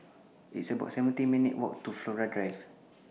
It's about seventeen minutes' Walk to Flora Drive